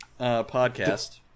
podcast